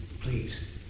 Please